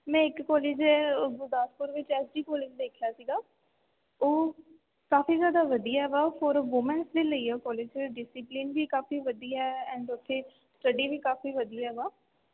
ਮੈਂ ਇੱਕ ਕੋਲੇਜ ਹੈ ਉਹ ਗੁਰਦਾਸਪੁਰ ਵਿੱਚ ਐਸ ਡੀ ਕੋਲੇਜ ਦੇਖਿਆ ਸੀਗਾ ਉਹ ਕਾਫੀ ਜ਼ਿਆਦਾ ਵਧੀਆ ਵਾ ਫੋਰ ਵੂਮੈਨਸ ਦੇ ਲਈ ਆ ਕੋਲੇਜ ਡਿਸਿਪਲੀਨ ਵੀ ਕਾਫੀ ਵਧੀਆ ਹੈ ਐਂਡ ਉੱਥੇ ਸਟੱਡੀ ਵੀ ਕਾਫੀ ਵਧੀਆ ਵਾ